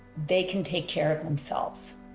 they can take care of themselves,